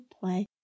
play